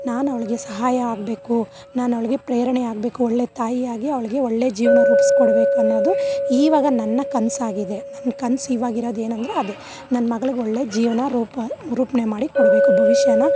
ನಾನು ಅವಳಿಗೆ ಸಹಾಯ ಆಗಬೇಕು ನಾನು ಅವಳಿಗೆ ಪ್ರೇರಣೆ ಆಗಬೇಕು ಒಳ್ಳೆ ತಾಯಿಯಾಗಿ ಅವ್ಳಿಗೆ ಒಳ್ಳೆ ಜೀವ್ನ ರೂಪಿಸ್ಕೊಡ್ಬೇಕನ್ನೋದು ಈವಾಗ ನನ್ನ ಕನಸಾಗಿದೆ ನನ್ನ ಕನ್ಸು ಇವಾಗಿರೋದೇನೆಂದ್ರೆ ಅದು ನನ್ನ ಮಗ್ಳಿಗೆ ಒಳ್ಳೆ ಜೀವ್ನ ರೂಪ ರೂಪಣೆ ಮಾಡಿ ಕೊಡಬೇಕು ಭವಿಷ್ಯಾನ